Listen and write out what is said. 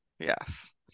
Yes